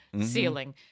ceiling